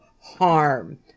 harm